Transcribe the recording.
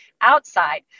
outside